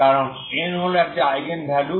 কারণ n হল একটি আইগেন ভ্যালু